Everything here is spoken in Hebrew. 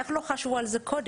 איך לא חשבו על זה קודם?